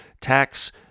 tax